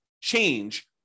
change